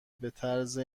بطرز